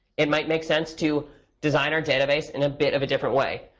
it might make sense to design our database in a bit of a different way.